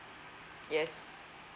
yes